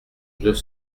deux